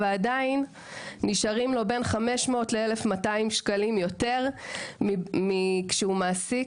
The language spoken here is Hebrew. ועדיין נשארים לו 500-1,200 ₪ יותר מאשר אם היה מעסיק